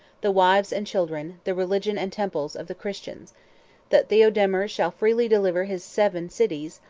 the wives and children, the religion and temples, of the christians that theodemir shall freely deliver his seven cities,